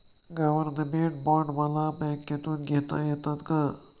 Government bond मला बँकेमधून घेता येतात का?